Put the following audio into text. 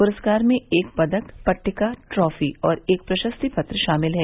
पुरस्कार में एक पदक पट्टिका ट्रॉफी और एक प्रशस्ति पत्र शामिल है